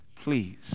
please